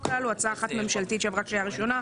הללו: הצעה אחת ממשלתית שעברה קריאה ראשונה,